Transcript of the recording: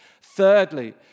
Thirdly